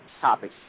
topic